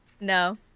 No